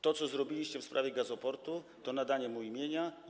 To, co zrobiliście w sprawie gazoportu, to nadanie mu imienia i.